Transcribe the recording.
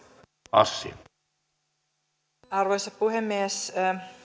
arvoisa puhemies